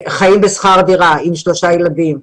חיים בשכר דירה עם שלושה ילדים.